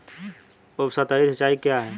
उपसतही सिंचाई क्या है?